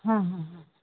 હમ હમ હમ